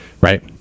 right